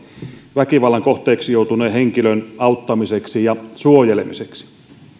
väkivallan kohteeksi joutuneen henkilön auttamiseksi ja suojelemiseksi